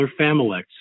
Familex